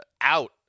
out